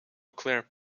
clear